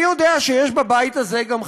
אני יודע שיש בבית הזה גם חברים,